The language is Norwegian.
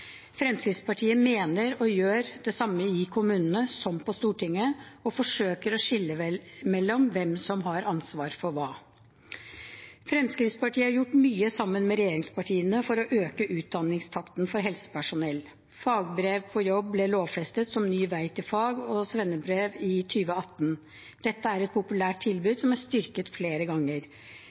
Fremskrittspartiet mener og gjør det samme i kommunene som på Stortinget og forsøker å skille mellom hvem som har ansvar for hva. Fremskrittspartiet har gjort mye sammen med regjeringspartiene for å øke utdanningstakten for helsepersonell. Fagbrev på jobb ble lovfestet som ny vei til fag- og svennebrev i 2018. Dette er et populært tilbud som er styrket flere ganger.